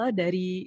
dari